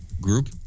group